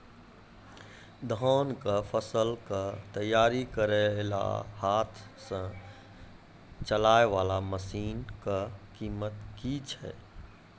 धान कऽ फसल कऽ तैयारी करेला हाथ सऽ चलाय वाला मसीन कऽ कीमत की छै?